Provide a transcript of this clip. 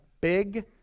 big